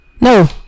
No